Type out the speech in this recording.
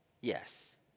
yes